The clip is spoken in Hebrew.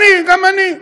גם אני, גם אני.